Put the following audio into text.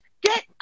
Get